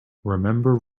remember